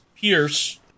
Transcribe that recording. Pierce